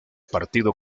partido